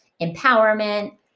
empowerment